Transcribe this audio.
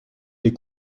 les